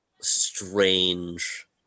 strange